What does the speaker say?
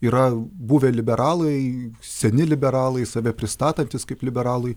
yra buvę liberalai seni liberalai save pristatantys kaip liberalai